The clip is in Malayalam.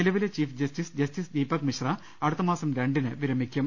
നിലവിലെ ചീഫ് ജസ്റ്റിസ് ജസ്റ്റിസ് ദീപക്മിശ്ര അടുത്തമാസം രണ്ടിന് വിരമിക്കും